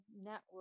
Network